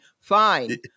fine